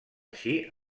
així